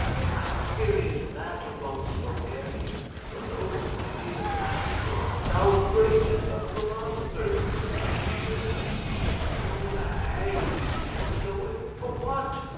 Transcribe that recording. for i experienced that among the bulgarians but oh, my dear pangloss! thou greatest of philosophers, that i should have seen you hanged, without knowing for what!